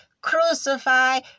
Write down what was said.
crucify